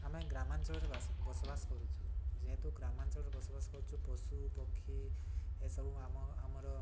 ଆମେ ଗ୍ରାମାଞ୍ଚଳରେ ବସବାସ କରୁଛୁ ଯେହେତୁ ଗ୍ରାମାଞ୍ଚଳରେ ବସବାସ କରୁଛୁ ପଶୁ ପକ୍ଷୀ ଏସବୁ ଆମ ଆମର